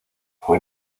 fue